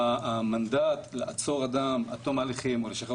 המנדט לעצור אדם עד תום ההליכים או לשחרר